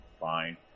fine